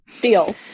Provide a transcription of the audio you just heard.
Deal